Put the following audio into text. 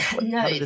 No